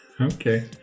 Okay